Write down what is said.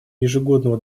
ежегодного